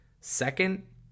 Second